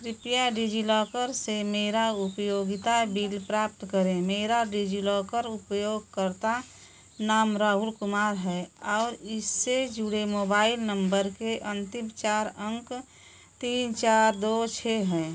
कृपया डिज़िलॉकर से मेरा उपयोगिता बिल प्राप्त करें मेरा डिज़िलॉकर उपयोगकर्ता नाम राहुल कुमार है और इससे जुड़े मोबाइल नम्बर के अन्तिम चार अंक तीन चार दो छह हैं